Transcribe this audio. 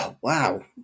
wow